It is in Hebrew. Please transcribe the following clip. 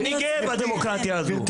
אני גאה בדמוקרטיה הזו.